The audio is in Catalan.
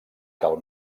cal